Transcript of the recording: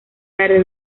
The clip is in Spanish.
tarde